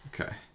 okay